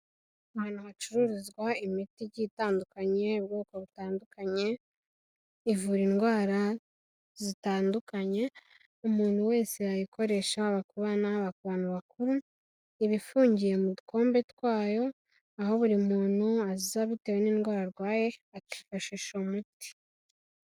Ahantu hacururizwa imiti igiye itandukanye ubwoko butandukanye, ivura indwara zitandukanye umuntu wese yayikoresha, haba ku bana haba ku bantu bakuru, iba ifungiye mu dukombe twayo aho buri muntu aza bitewe n'indwara arwaye akifashisha uwo muti.